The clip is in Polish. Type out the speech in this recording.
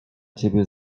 ciebie